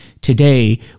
today